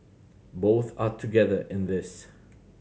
both are together in this